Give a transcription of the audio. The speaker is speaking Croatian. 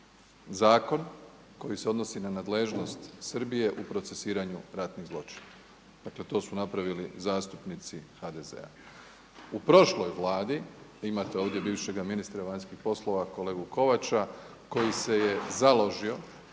zakon koji se odnosi na nadležnost Srbije u procesuiranju ratnih zločina. Dakle, to su napravili zastupnici HDZ-a. U prošloj vladi, imate ovdje bivšeg ministra vanjskih poslova kolegu Kovača, koji se je založio